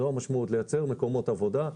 זו המשמעות: לייצר מקומות עבודה,